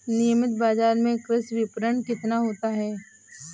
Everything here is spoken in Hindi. नियमित बाज़ार में कृषि विपणन कितना होता है?